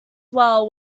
swell